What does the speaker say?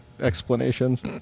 explanations